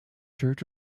church